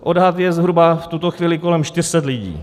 Odhad je zhruba v tuto chvíli kolem 400 lidí.